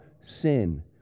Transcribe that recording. sin